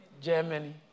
Germany